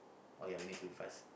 uh yeah we need to be fast